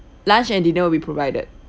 lunch and dinner will be provided